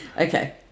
Okay